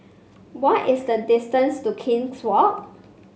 what is the distance to King's Walk